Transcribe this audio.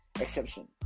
exception